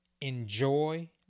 Enjoy